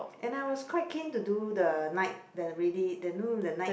and I was quite keen to do the night the ready the noon the night